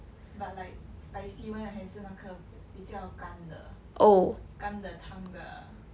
but like spicy one 还是那个比较干的干的汤的